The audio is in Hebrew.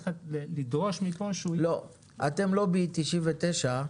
אתם לובי 99,